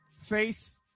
face